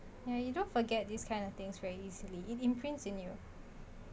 ya you don't forget this kind of things very easily it imprints in you